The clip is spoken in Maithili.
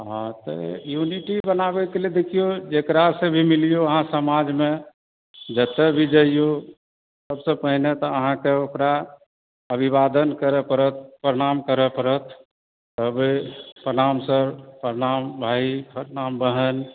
हँ तऽ यूनिटी बनाबयके लिए देखियौ जकरासँ भी मिलियौ अहाँ समाजमे जतय भी जइयौ सभसँ पहिने तऽ अहाँकेँ ओकरा अभिवादन करय पड़त प्रणाम करय पड़त कहबै प्रणाम सर प्रणाम भाइ प्रणाम बहन